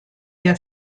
der